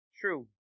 true